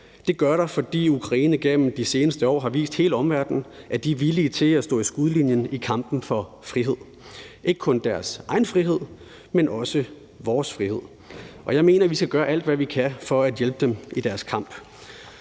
Det gør der, fordi Ukraine gennem de seneste år har vist hele omverdenen, at de er villige til at stå i skudlinjen i kampen for frihed – ikke kun deres egen frihed, men også vores frihed. Jeg mener, vi skal gøre alt, hvad vi kan, for at hjælpe dem i deres kamp,